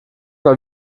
mal